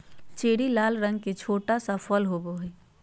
cherry लाल रंग के छोटा सा फल होबो हइ